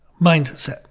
mindset